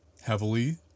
heavily